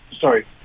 sorry